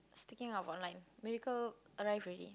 speaking of online miracle arrive already